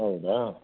ಹೌದಾ